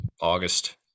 August